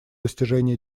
достижении